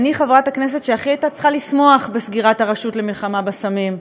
אני חברת הכנסת שהכי הייתה צריכה לשמוח בסגירת הרשות למלחמה בסמים,